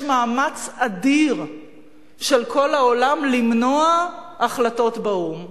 יש מאמץ אדיר של כל העולם למנוע החלטות באו"ם.